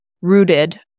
rooted